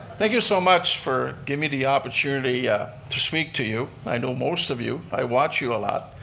thank you so much for giving me the opportunity to speak to you. i know most of you, i watch you a lot.